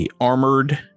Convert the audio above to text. armored